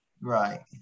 Right